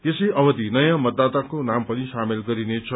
यसै अवधि नयाँ मतदाताको नाम पनि सामेल गरिनेछ